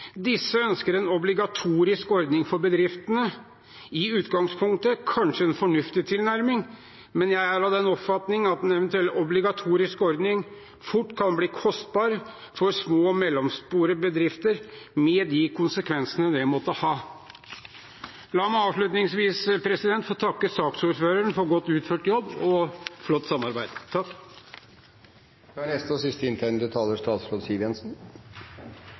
Disse ønsker en obligatorisk ordning for bedriftene. Dette er i utgangspunktet kanskje en fornuftig tilnærming, men jeg er av den oppfatning at en eventuell obligatorisk ordning fort kan bli kostbar for små og mellomstore bedrifter, med de konsekvensene det måtte ha. La meg avslutningsvis få takke saksordføreren for godt utført jobb og flott samarbeid.